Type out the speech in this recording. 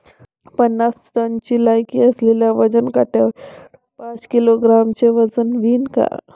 पन्नास टनची लायकी असलेल्या वजन काट्यावर पाच किलोग्रॅमचं वजन व्हईन का?